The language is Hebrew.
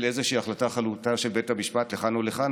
איזושהי החלטה חלוטה של בית המשפט לכאן או לכאן.